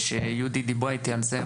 ושיהודית דיברה איתי על זה,